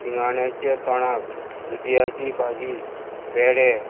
शिंगाण्याचें तोंडाक दुदयाची भाजी पेडे